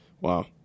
wow